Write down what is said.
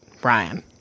Brian